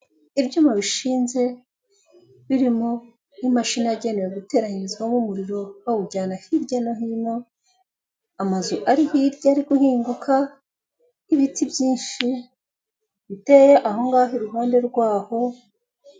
Ibyuma bishinze birimo imashini yagenewe guteyirizwamo umuriro bawujyana hirya no hino, amazu ari hirya ariguhinguka, ibiti byinshi biteye ahongaho iruhande rwaho.